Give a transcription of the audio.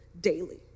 daily